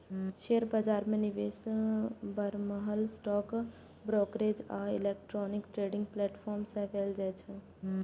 share बाजार मे निवेश बरमहल स्टॉक ब्रोकरेज आ इलेक्ट्रॉनिक ट्रेडिंग प्लेटफॉर्म सं कैल जाइ छै